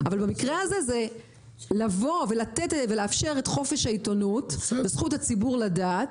אבל במקרה הזה זה לבוא ולתת ולאפשר את חופש העיתונות וזכות הציבור לדעת